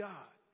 God